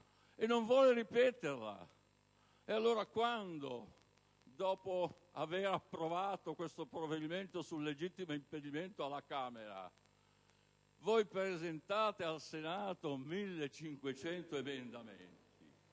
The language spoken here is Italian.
e non vuole ripeterla. Quando, dopo aver approvato questo provvedimento sul legittimo impedimento alla Camera, voi presentate al Senato 1.500 emendamenti,